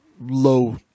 low